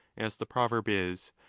as the proverb is,